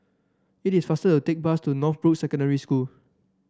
it is faster to take the bus to Northbrooks Secondary School